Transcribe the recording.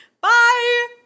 Bye